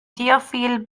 deerfield